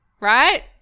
Right